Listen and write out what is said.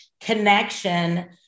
connection